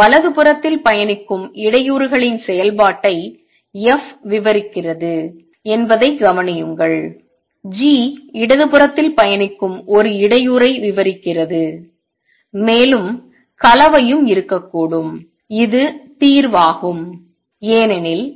வலதுபுறத்தில் பயணிக்கும் இடையூறுகளின் செயல்பாட்டை f விவரிக்கிறது என்பதைக் கவனியுங்கள் g இடதுபுறத்தில் பயணிக்கும் ஒரு இடையூறை விவரிக்கிறது மேலும் கலவையும் இருக்கக்கூடும் இது தீர்வாகும் ஏனெனில்